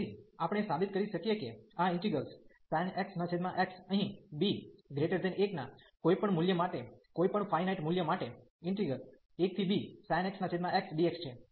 તેથી આપણે સાબિત કરી શકીએ કે આ ઇન્ટિગ્રેલ્સ sin x x અહીં b1 ના કોઈપણ મુલ્ય માટે કોઈ પણ ફાયનાઈટ મૂલ્ય માટે 1bsin x x dx છે